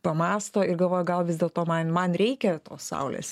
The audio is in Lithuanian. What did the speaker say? pamąsto ir galvoja gal vis dėlto man man reikia tos saulės